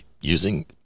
using